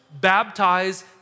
baptize